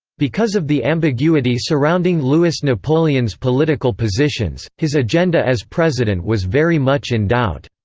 because of the ambiguity surrounding louis napoleon's political positions, his agenda as president was very much in doubt.